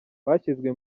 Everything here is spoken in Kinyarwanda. bashyizwe